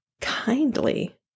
kindly